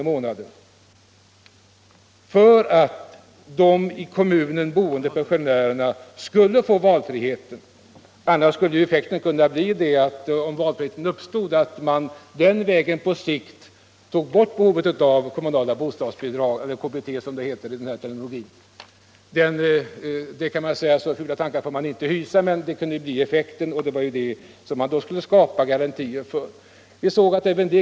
i månaden för att de i kommunen boende pensionärerna skulle få valfrihet. Annars kunde effekten bli — om full valfrihet fanns — att man på sikt tog bort behovet av kommunala bostadsbidrag, eller KBT som termen lyder. Så fula tankar får man inte hysa, men effekten kunde bli den och det ville man skapa garantier mot. Även dessa 400 kr.